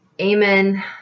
Amen